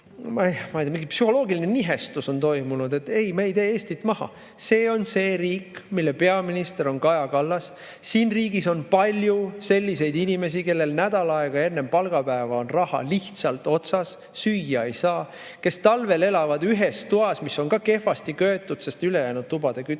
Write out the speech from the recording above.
nagu mingisugune psühholoogiline nihestus toimunud. Ei, me ei tee Eestit maha. See on see riik, mille peaminister on Kaja Kallas. Siin riigis on palju selliseid inimesi, kellel nädal aega enne palgapäeva on raha lihtsalt otsas, süüa ei saa, kes talvel elavad ühes toas, mis on ka kehvasti köetud, sest ülejäänud tubade küttearveid